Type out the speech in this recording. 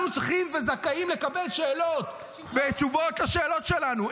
אנחנו צריכים וזכאים לקבל תשובות על השאלות שלנו.